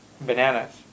bananas